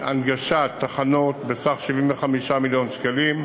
להנגשת תחנות בסך 75 מיליון שקלים,